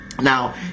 Now